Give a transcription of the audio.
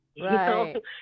right